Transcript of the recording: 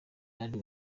bari